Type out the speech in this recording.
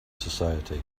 society